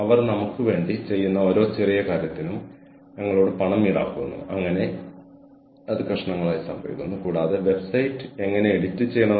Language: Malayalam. അതിനർത്ഥം നമ്മൾ ഒരു പ്രഭാഷണം നടത്തുക മാത്രമല്ല അതിനെ വ്യാഖ്യാനിക്കാനും വ്യാഖ്യാനിക്കാതിരിക്കാനും അത് ലോകത്തിന് വിടുകയും ചെയ്യുന്നു നമ്മൾ ചെയ്യുന്നതെന്തും ഉത്തരവാദികളായിരിക്കണം